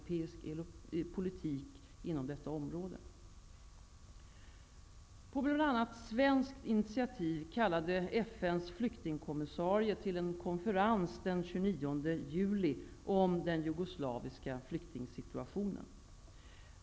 På bl.a. svenskt initiativ kallade FN:s flyktingkommissarie till en konferens den 29 juli om den jugoslaviska flyktingsituationen.